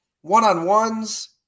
one-on-ones